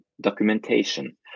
documentation